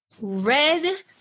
red